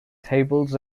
tables